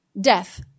Death